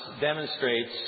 demonstrates